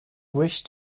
wish